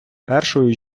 першою